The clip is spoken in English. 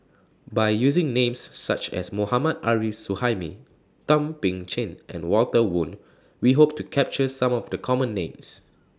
By using Names such as Mohammad Arif Suhaimi Thum Ping Tjin and Walter Woon We Hope to capture Some of The Common Names